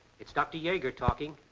it's dr. yager talking.